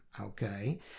okay